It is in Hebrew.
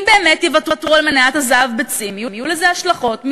אם באמת יוותרו על מניית הזהב ב"צים" יהיו לזה השלכות מיידיות.